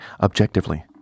Objectively